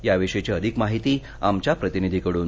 याविषयीची अधिक माहिती आमच्या प्रतिनिधींकडून